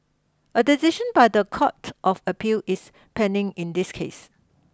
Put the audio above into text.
a decision by the Court of Appeal is pending in this case